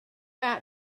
out